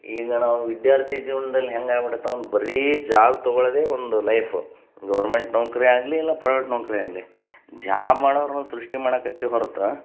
ಈಗ ನಾವು ವಿದ್ಯಾರ್ಥಿ ಜೀವನ್ದಲ್ಲಿ ಹೆಂಗೆ ಆಗ್ಬಿಡತಂದ್ರ್ ಬರೀ ಜಾಬ್ ತೊಗೊಳ್ಳೋದೆ ಒಂದು ಲೈಫು ಗೌರ್ಮೆಂಟ್ ನೌಕರಿ ಆಗಲಿ ಇಲ್ಲ ಪ್ರೈವೇಟ್ ನೌಕರಿ ಆಗಲಿ ಜಾಬ್ ಮಾಡೋವ್ರ್ನ ಸೃಷ್ಟಿ ಮಾಡಕತ್ತೆ ಹೊರತು